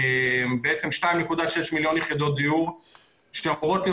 בעצם 2.6 מיליון יחידות דיור שאמורות להיות